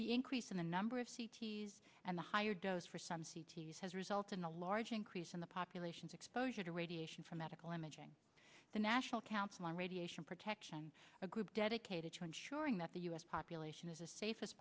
the increase in the number of c t s and the higher dose for some c t s has resulted in a large increase in the population's exposure to radiation from medical imaging the national council on radiation protection a group dedicated to ensuring that the u s population is a safe as